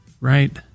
right